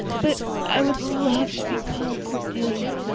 but i would love to be called cordelia.